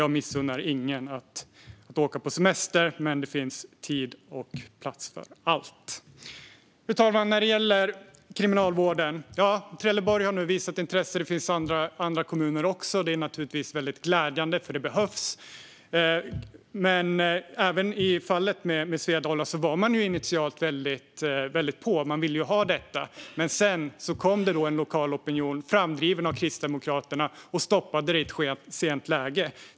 Jag missunnar ingen att åka på semester, men det finns en tid och en plats för allt. Fru talman! När det gäller Kriminalvården har Trelleborg visat intresse. Det har andra kommuner också. Det är naturligtvis glädjande, för det behövs. Men även i fallet Svedala var man initialt väldigt på. Man ville ha detta. Men sedan kom en lokal opinion, framdriven av Kristdemokraterna, och stoppade det i ett sent läge.